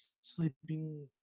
sleeping